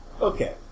okay